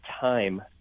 time